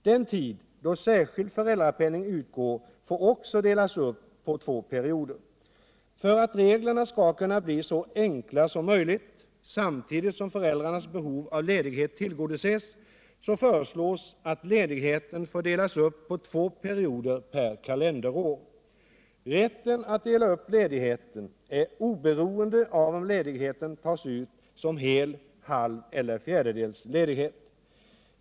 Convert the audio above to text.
Den tid då särskild föräldrapenning utgår får också delas upp på två perioder. För att reglerna skall bli så enkla som möjligt, samtidigt som föräldrarnas behov av ledighet tillgodoses, föreslås au ledigheten får delas upp på två perioder per kalenderår. — Rätten att dela upp ledigheten är oberoende av om ledigheten tas ut som hel, halv eller fjärdedels ledighet.